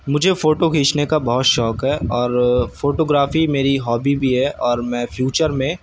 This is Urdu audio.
مجھے فوٹو کھینچنے کا بہت شوق ہے اور فوٹوگرافی میری ہابی بھی ہے اور میں فیوچر میں